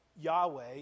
Yahweh